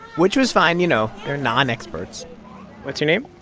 which was fine. you know, they're nonexperts what's your name?